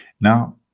now